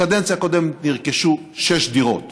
בקדנציה הקודמת נרכשו שש דירות